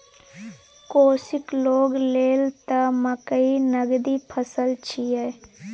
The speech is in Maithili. कोशीक लोग लेल त मकई नगदी फसल छियै